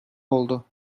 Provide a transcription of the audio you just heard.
oldu